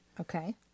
Okay